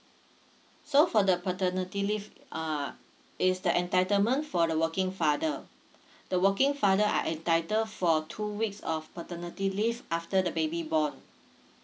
so for the paternity leave uh it's the entitlement for the working father the working father are entitled for two weeks of paternity leave after the baby born